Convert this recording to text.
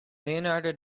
leonardo